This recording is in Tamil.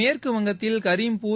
மேற்கு வங்கத்தில் கரீம்பூர்